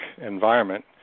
environment